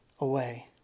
Away